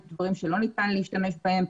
יש דברים שלא ניתן להשתמש בהם.